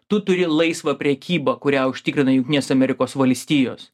tu turi laisvą prekybą kurią užtikrina jungtinės amerikos valstijos